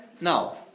Now